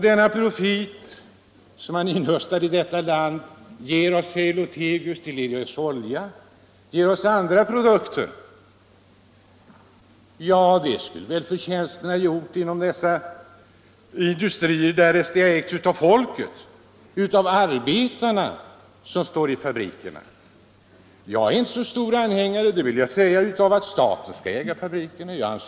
Den profit som man inhöstar i detta land ger oss olja och andra produkter, säger herr Lothigius. Ja, det skulle väl förtjänsten inom dessa industrier ha gjort därest de ägts av folket, av arbetarna som står i fabrikerna. Jag är inte så stor anhängare av att staten skall äga fabrikerna, det vill jag säga.